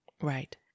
Right